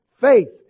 faith